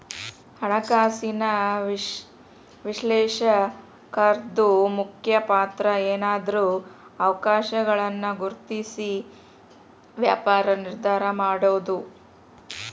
ಹಣಕಾಸಿನ ವಿಶ್ಲೇಷಕರ್ದು ಮುಖ್ಯ ಪಾತ್ರಏನ್ಂದ್ರ ಅವಕಾಶಗಳನ್ನ ಗುರ್ತ್ಸಿ ವ್ಯಾಪಾರ ನಿರ್ಧಾರಾ ಮಾಡೊದು